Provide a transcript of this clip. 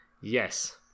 yes